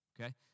Okay